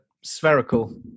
spherical